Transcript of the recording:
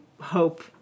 hope